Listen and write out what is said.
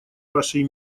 вашей